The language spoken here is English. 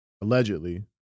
allegedly